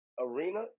Arena